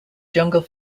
jungle